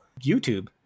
YouTube